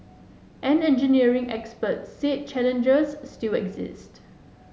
an engineering expert said challenges still exist